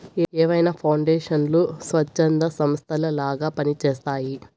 ఏవైనా పౌండేషన్లు స్వచ్ఛంద సంస్థలలాగా పని చేస్తయ్యి